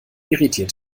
irritiert